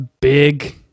big